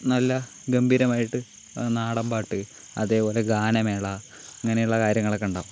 നല്ല ഗംഭീരമായിട്ട് നാടൻപാട്ട് അതേപോലെ ഗാനമേള അങ്ങനെയുള്ള കാര്യങ്ങളൊക്കെയുണ്ടാവും